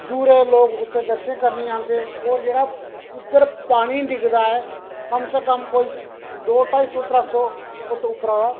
दूरे दे लोक उत्थै दर्शन करने गी आंदे और जेहड़ा उद्धर पानी डिगदा ऐ कम से कम कोई दो ढाईई सौ त्रै सौ फुट उप्परा दा